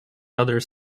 others